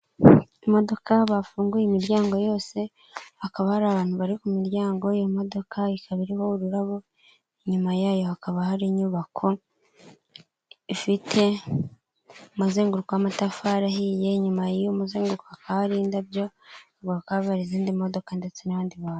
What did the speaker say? Imodoka bafunguye imiryango yose, hakaba hari abantu bari ku miryango, iyo modoka ikaba irimo ururabo, inyuma yayo hakaba hari inyubako, ifite umuzenguko w'amatafari ahiye, inyuma y'uwo muzenguko aka hari indabyo kaba izindi modoka ndetse n'abandi bantu.